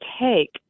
take